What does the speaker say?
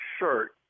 shirt